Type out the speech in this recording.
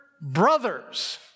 brothers